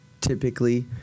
typically –